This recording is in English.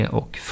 och